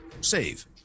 save